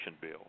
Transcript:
bill